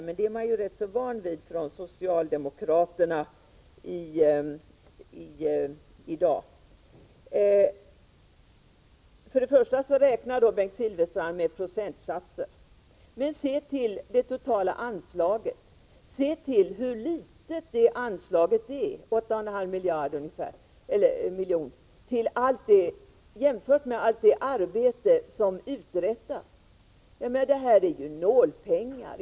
Men det är man rätt van vid från socialdemokraterna i dag. Bengt Silfverstrand räknar med procentsatser. Men se till det totala anslaget! Se till hur litet det anslaget är, 8,5 miljoner ungefär, jämfört med allt det arbete som uträttas. Jag menar att detta är nålpengar.